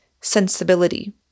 sensibility